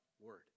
word